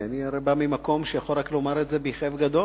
אני הרי בא ממקום שיכול רק לומר את זה בכאב גדול.